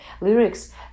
Lyrics